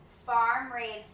farm-raised